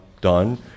done